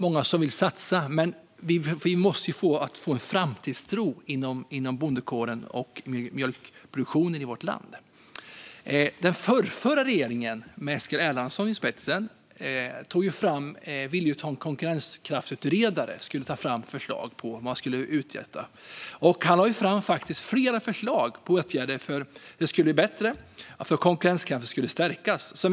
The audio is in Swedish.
Många vill satsa, men man måste få en framtidstro inom bondekåren och mjölkproduktionen i vårt land. Den förrförra regeringen med Eskil Erlandsson i spetsen ville att en konkurrenskraftsutredare skulle ta fram förslag på hur man skulle kunna göra detta. Han lade fram flera förslag på åtgärder för att det skulle bli bättre och för att konkurrenskraften skulle stärkas.